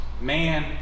Man